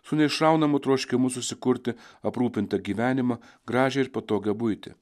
su neišraunamu troškimu susikurti aprūpintą gyvenimą gražią ir patogią buitį